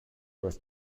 was